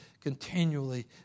continually